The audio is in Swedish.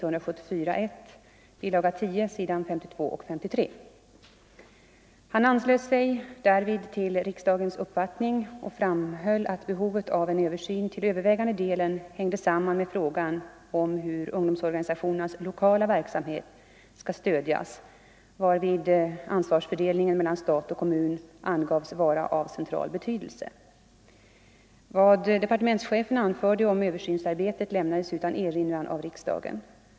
Han anslöt sig därvid till riksdagens uppfattning och framhöll att behovet av en översyn till övervägande delen hängde samman med frågan om hur ungdomsorganisationernas lokala verksamhet skall stödjas, varvid ansvarsfördelningen mellan stat och kommun angavs vara av central betydelse. Vad departementschefen anförde om översynsarbetet lämnades utan erinran av riksdagen.